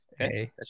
Okay